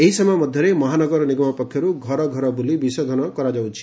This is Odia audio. ଏହି ସମୟ ମଧ୍ଧରେ ମହାନଗର ନିଗମ ପକ୍ଷରୁ ଘରଘର ବୁଲି ବିଶୋଧନ କରାଯାଉଛି